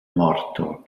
morto